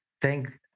thank